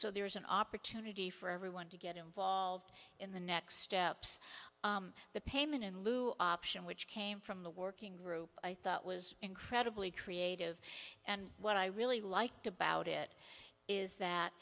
so there is an opportunity for everyone to get involved in the next steps the payment in lieu option which came from the working group i thought was incredibly creative and what i really liked about it is that